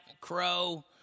crow